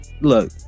Look